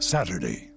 Saturday